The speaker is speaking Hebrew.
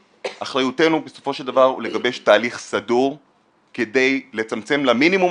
אחריותנו בסופו של דבר הוא לגבש תהליך סדור כדי לצמצם למינימום